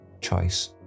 choice